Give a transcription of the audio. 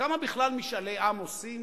כמה, בכלל, משאלי עם עושים